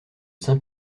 saint